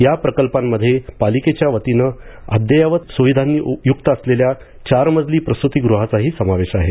या प्रकल्पांमध्ये पालिकेच्या वतीनं अद्ययावत सुविधांनी युक्त असलेल्या चार मजली प्रसूतिगृहाचाही समावेश आहे